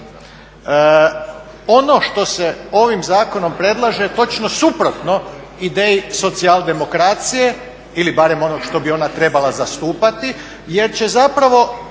Ono što se ovim zakonom predlaže točno je suprotno ideji socijaldemokracije, ili barem onog što bi ona trebala zastupati jer će zapravo